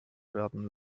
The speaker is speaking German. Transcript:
werden